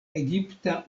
egipta